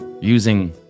using